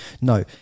no